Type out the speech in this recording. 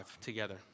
together